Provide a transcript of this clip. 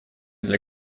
для